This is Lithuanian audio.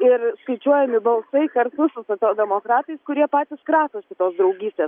ir skaičiuojami balsai kartu su socialdemokratais kurie patys kratosi tos draugystės